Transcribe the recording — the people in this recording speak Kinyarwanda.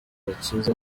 agakiza